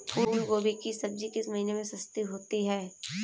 फूल गोभी की सब्जी किस महीने में सस्ती होती है?